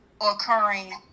occurring